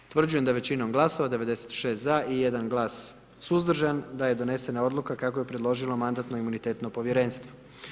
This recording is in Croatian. Utvrđujem da je većinom glasova 96 za i 1 glas suzdržan da je donesena odluka kako je predložilo Mandatno-imunitetno povjerenstvo.